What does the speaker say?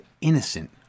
innocent